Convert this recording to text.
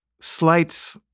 slight